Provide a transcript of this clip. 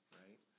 right